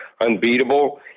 unbeatable